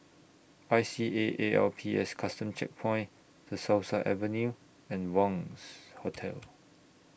I C A A L P S Custom Checkpoint De Souza Avenue and Wangz Hotel